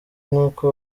nk’uko